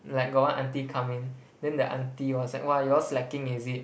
like got one aunty come in then the aunty was like !wah! you all slacking is it